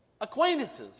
acquaintances